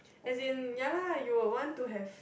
as in ya lah you'll want to have